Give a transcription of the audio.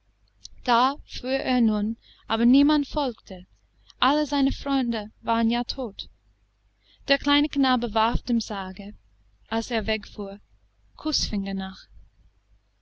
da fuhr er nun aber niemand folgte alle seine freunde waren ja tot der kleine knabe warf dem sarge als er wegfuhr kußfinger nach